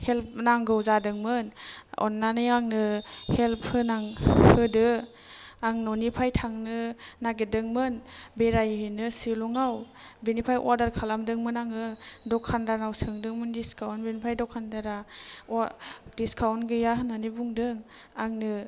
help नांगौ जादोंमोन अन्नानै आंनो हेल्प होनां होदो आं न'निफ्राय थांनो नागिरदोंमोन बेरायहैनो सिलंआव बेनिफ्राय अर्डार खालामदोंमोन आङो द'खानदारनाव सोंदोंमोन डिस्काउन्ट बेनिफ्राय द'खानदारा डिस्काउन्ट गैया होन्नानै बुंदों आंनो